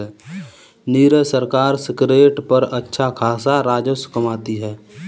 नीरज सरकार सिगरेट पर अच्छा खासा राजस्व कमाती है